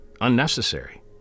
Unnecessary